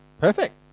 Perfect